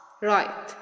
Right